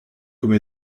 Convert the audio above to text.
comme